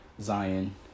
Zion